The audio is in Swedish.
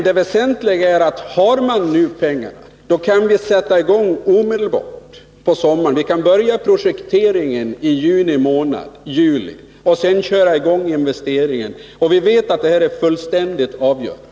Det väsentliga är emellertid att vi om nu pengarna finns kan sätta i gång omedelbart under sommaren. Vi kan påbörja projekteringen i juni eller juli månad och sedan köra i gång investeringen. Vi vet att det här är fullständigt avgörande.